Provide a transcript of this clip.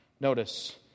Notice